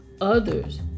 others